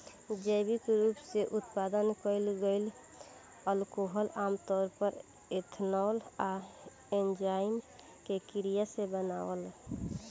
जैविक रूप से उत्पादन कईल गईल अल्कोहल आमतौर पर एथनॉल आ एन्जाइम के क्रिया से बनावल